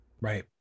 Right